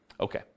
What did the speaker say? Okay